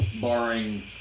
barring